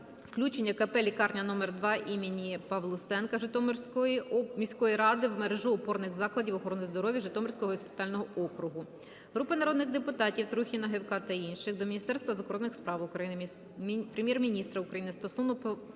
включенню КП "Лікарня №2 імені Павлусенка" Житомирської міської ради в мережу опорних закладів охорони здоров'я Житомирського госпітального округу. Групи народних депутатів (Трухіна, Гевка та інших) до Міністерства закордонних справ України, Прем'єр-міністра України стосовно повернення